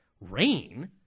Rain